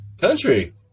country